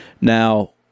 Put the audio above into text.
now